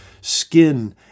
skin